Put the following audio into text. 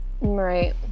right